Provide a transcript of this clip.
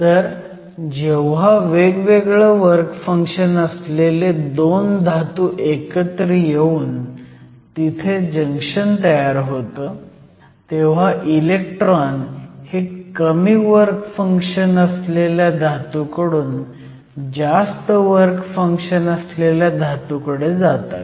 तर जेव्हा वेगवेगळं वर्क फंक्शन असलेले 2 धातू एकत्र येऊन तिथे जंक्शन तयार होतं तेव्हा इलेक्ट्रॉन हे कमी वर्क फंक्शन असलेल्या धातू कडून जास्त वर्क फंक्शन असलेल्या धातुकडे जातात